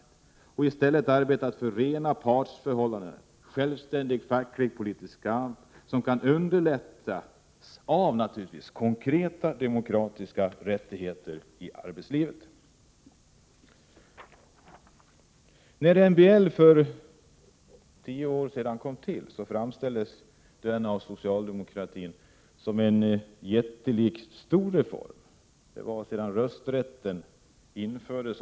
Vi har i stället arbetat för rena partsförhållanden och en självständig facklig politisk kamp, som naturligtvis kan underlättas av konkreta demokratiska rättigheter i arbetslivet. När MBL infördes för tio år sedan framställdes den av socialdemokratin som den största demokratiska reformen sedan den allmänna rösträtten infördes.